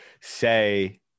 say